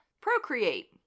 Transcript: procreate